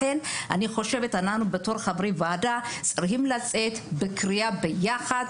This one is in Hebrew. לכן אני חושבת שאנחנו בתור חברי ועדה צריכים לצאת בקריאה ביחד,